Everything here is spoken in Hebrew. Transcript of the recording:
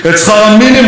לשיא של כל הזמנים,